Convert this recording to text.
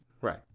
Right